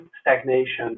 stagnation